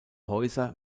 häuser